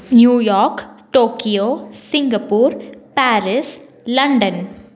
New York Tokyo Singapore Paris London